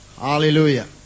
Hallelujah